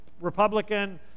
Republican